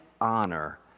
honor